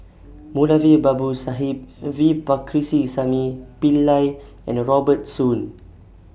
Moulavi Babu Sahib V Pillai and Robert Soon